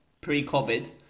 pre-COVID